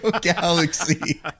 Galaxy